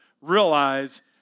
realize